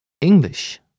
English